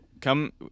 come